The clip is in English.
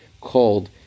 called